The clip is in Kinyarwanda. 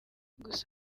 gusa